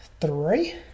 three